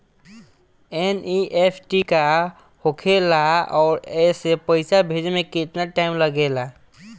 NEFT का होखे ला आउर एसे पैसा भेजे मे केतना टाइम लागेला?